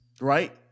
right